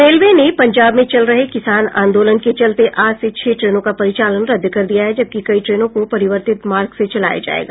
railway ने पंजाब में चल रहे किसान आंदोलन के चलते आज से छह ट्रेनों का परिचालन रद्द कर दिया है जबकि कई ट्रेनों को परिवर्तित मार्ग से चलाया जायेगा